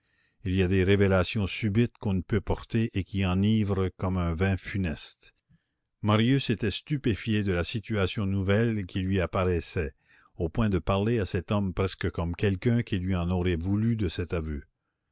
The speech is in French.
il y a des révélations subites qu'on ne peut porter et qui enivrent comme un vin funeste marius était stupéfié de la situation nouvelle qui lui apparaissait au point de parler à cet homme presque comme quelqu'un qui lui en aurait voulu de cet aveu